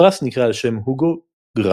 הפרס נקרא על שם הוגו גרנסבק,